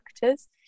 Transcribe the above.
factors